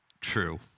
true